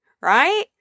right